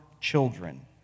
children